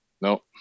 No